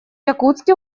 якутске